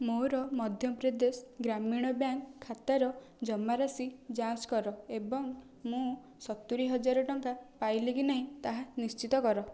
ମୋର ମଧ୍ୟପ୍ରଦେଶ ଗ୍ରାମୀଣ ବ୍ୟାଙ୍କ ଖାତାର ଜମାରାଶି ଯାଞ୍ଚ କର ଏବଂ ମୁଁ ସତୁରି ହଜାର ଟଙ୍କା ପାଇଲି କି ନାହିଁ ତାହା ନିଶ୍ଚିତ କର